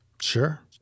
Sure